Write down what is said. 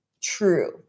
true